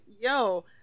yo